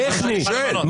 אם